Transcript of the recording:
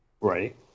Right